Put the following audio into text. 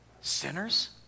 Sinners